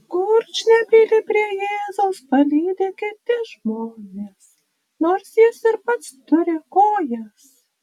kurčnebylį prie jėzaus palydi kiti žmonės nors jis ir pats turi kojas